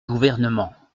gouvernement